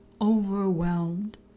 overwhelmed